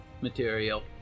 material